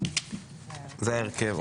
זה ההרכב,